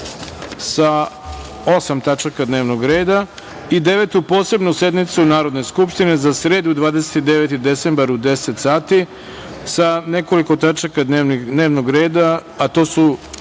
osam tačaka dnevnog reda i Devetu posebnu sednicu Narodne skupštine za sredu, 29. decembar, u 10.00 časova sa nekoliko tačaka dnevnog reda, a to su